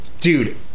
Dude